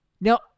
Now